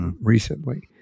recently